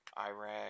Iraq